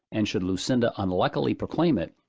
and should lucinda unluckily proclaim it,